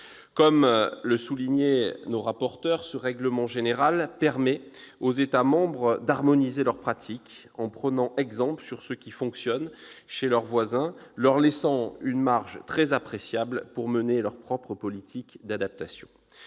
Comme l'ont souligné Mme la rapporteur et M. Sutour, le RGPD permet aux États membres d'harmoniser leurs pratiques, en prenant exemple sur ce qui fonctionne chez leurs voisins, ce qui leur laisse une marge très appréciable pour mener leurs propres politiques d'adaptation.